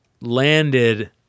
landed